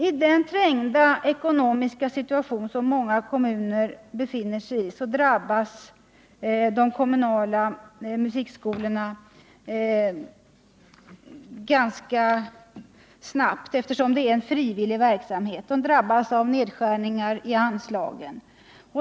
I den trängda ekonomiska situation som många kommuner befinner sig i drabbas de kommunala musikskolorna ganska snabbt, eftersom det är fråga om en frivillig verksamhet, av nedskärningar i anslagen.